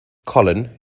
colin